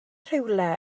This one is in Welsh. rhywle